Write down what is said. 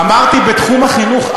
אמרתי: בתחום החינוך.